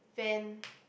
van